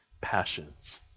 passions